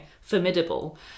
formidable